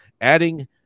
adding